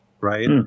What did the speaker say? Right